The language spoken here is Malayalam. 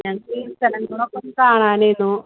ഞങ്ങൾക്കീ സ്ഥലങ്ങളൊക്കെ കാണാനിനൂ